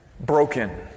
Broken